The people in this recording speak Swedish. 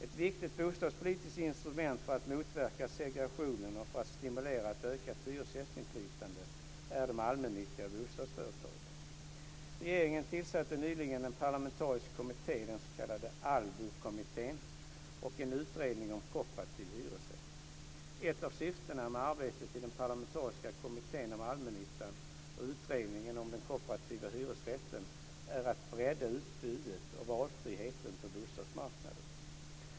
Ett viktigt bostadspolitiskt instrument för att motverka segregation och för att stimulera ett ökat hyresgästinflytande är de allmännyttiga bostadsföretagen. Regeringen tillsatte nyligen en parlamentarisk kommitté, den s.k. Allbokommittén, och en utredning om kooperativ hyresrätt. Ett av syftena med arbetet i den parlamentariska kommittén om allmännyttan och utredningen om den kooperativa hyresrätten är att bredda utbudet och valfriheten på bostadsmarknaden.